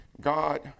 God